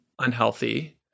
unhealthy